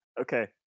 Okay